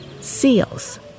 seals